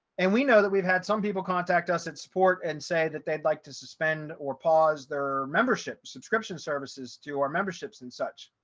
and we know that we've had some people contact us at support and say that they'd like to suspend or pause their membership subscription services to our memberships and such.